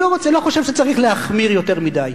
אני לא חושב שצריך להחמיר יותר מדי.